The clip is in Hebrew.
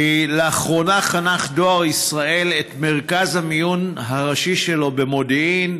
לאחרונה חנך דואר ישראל את מרכז המיון הראשי שלו במודיעין,